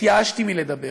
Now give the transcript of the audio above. התייאשתי מלדבר.